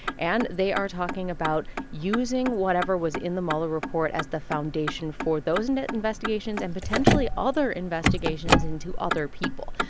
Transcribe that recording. and they are talking about using whatever was in the mueller report as the foundation for those and investigations and potentially other investigations into other people.